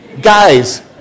Guys